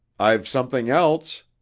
i've something else.